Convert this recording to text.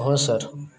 हो सर